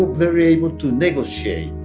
very able to negotiate.